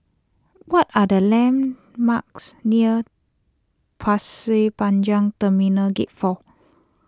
what are the landmarks near Pasir Panjang Terminal Gate four